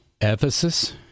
Ephesus